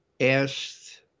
asked